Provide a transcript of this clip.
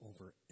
over